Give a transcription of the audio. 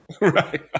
Right